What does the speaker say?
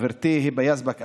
חברתי היבה יזבק אמרה: